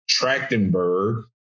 Trachtenberg